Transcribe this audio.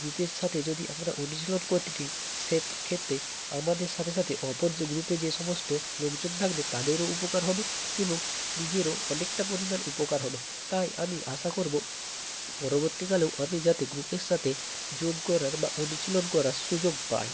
গ্রুপের সাথে যদি আমরা অনুশীলন করি সেক্ষেত্রে আমাদের সাথে সাথে অপর যে গ্রুপে যে সমস্ত লোকজন থাকবে তাদেরও উপকার হবে এবং নিজেরও অনেকটা পরিমাণ উপকার হবে তাই আমি আশা করব পরবর্তীকালেও আমি যাতে গ্রুপের সাথে যোগ করার বা অনুশীলন করার সুযোগ পাই